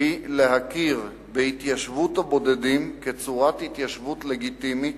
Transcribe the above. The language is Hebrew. היא להכיר בהתיישבות הבודדים כצורת התיישבות לגיטימית,